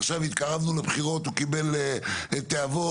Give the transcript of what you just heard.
ועכשיו שהתקרבנו לבחירות הוא קיבל תאבון